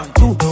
two